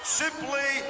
simply